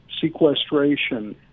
sequestration –